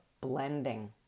blending